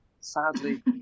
sadly